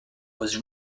was